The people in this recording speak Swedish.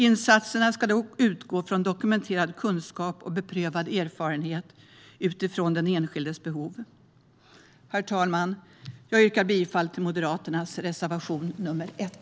Insatserna ska utgå från dokumenterad kunskap, beprövad erfarenhet och den enskildes behov. Herr talman! Jag yrkar bifall till Moderaternas reservation 1.